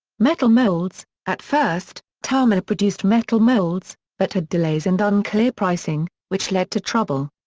metal molds at first, tamiya produced metal molds, but had delays and unclear pricing, which led to trouble.